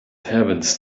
heavens